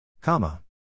Comma